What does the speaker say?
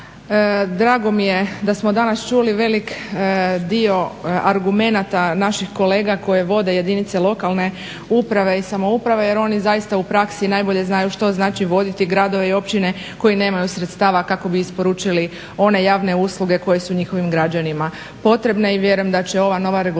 Drago mi je da smo danas čuli velik dio argumenata naših kolega koje vode jedinice lokalne uprave i samouprave jer oni zaista u praksi najbolje znaju što znači voditi gradove i općine koji nemaju sredstava kako bi isporučili one javne usluge koje su njihovim građanima potrebne. I vjerujem da će ova nova regulativa